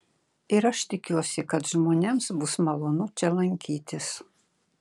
ir aš tikiuosi kad žmonėms bus malonu čia lankytis